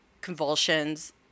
convulsions